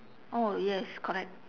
oh yes correct